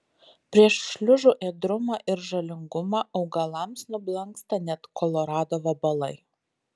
prieš šliužų ėdrumą ir žalingumą augalams nublanksta net kolorado vabalai